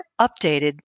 updated